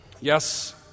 Yes